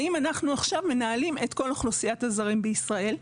האם אנחנו עכשיו מנהלים את כל אוכלוסיית כהזרים בישראל,